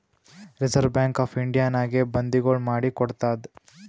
reserve Bank of ಇಂಡಿಯಾನಾಗೆ ಬಂದಿಗೊಳ್ ಮಾಡಿ ಕೊಡ್ತಾದ್